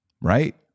Right